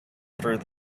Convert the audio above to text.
through